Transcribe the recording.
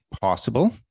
possible